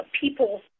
people